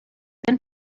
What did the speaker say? been